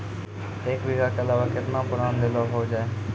एक बीघा के अलावा केतना बोरान देलो हो जाए?